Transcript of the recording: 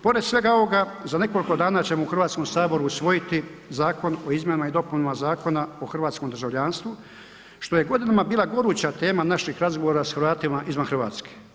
Pored svega ovoga za nekoliko dana ćemo u Hrvatskom saboru usvojiti zakon o izmjenama i dopunama Zakona o hrvatskom državljanstvu što je godinama bila goruća tema naših razgovora sa Hrvatima izvan Hrvatske.